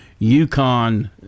UConn